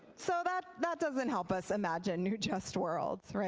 so that that doesn't help us imagine new, just worlds.